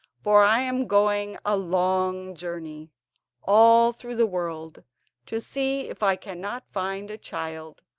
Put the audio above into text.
for i am going a long journey all through the world to see if i cannot find a child,